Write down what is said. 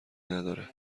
نداره